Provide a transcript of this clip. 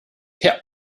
herr